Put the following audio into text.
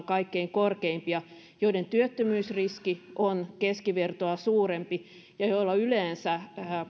kaikkein korkeimpia joiden työttömyysriski on keskivertoa suurempi ja joilla yleensä